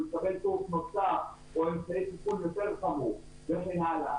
הוא יקבל קורס נוסף או אמצעי טיפול יותר חמור וכן האלה,